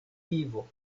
vivo